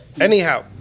Anyhow